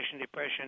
depression